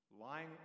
lying